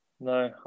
No